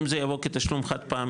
אם זה יבוא כתשלום חד-פעמי,